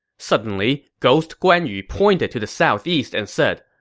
suddenly, ghost guan yu pointed to the southeast and said,